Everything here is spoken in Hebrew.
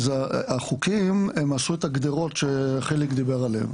החוקים עשו את הגדרות שחיליק דיבר עליהם,